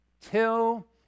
till